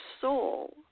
soul